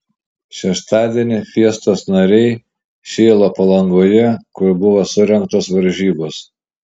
šeštadienį fiestos nariai šėlo palangoje kur buvo surengtos varžybos